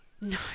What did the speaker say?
No